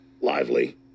Lively